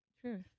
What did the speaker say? truth